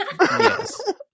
Yes